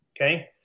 Okay